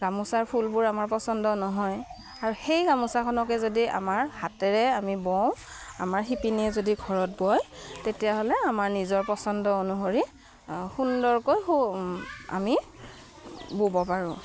গামোচাৰ ফুলবোৰ আমাৰ পচন্দ নহয় আৰু সেই গামোচাখনকে যদি আমাৰ হাতেৰে আমি বওঁ আমাৰ শিপিনীয়ে যদি ঘৰত বয় তেতিয়াহ'লে আমাৰ নিজৰ পচন্দ অনুসৰি সুন্দৰকৈ আমি ব'ব পাৰোঁ